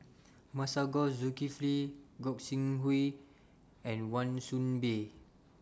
Masagos Zulkifli Gog Sing Hooi and Wan Soon Bee